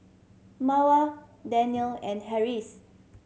Mawar Daniel and Harris